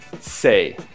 say